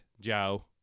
Joe